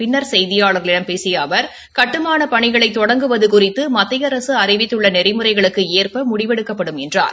பின்னர் செய்தியாளர்களிடம் பேசிய அவர் கட்டுமானப் பணிகளை தொடங்குவது குறித்து மத்திய அரசு அறிவித்துள்ள நெறிமுறைகளுக்கு ஏற்ப முடிவெடுக்கப்படும் என்றார்